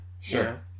Sure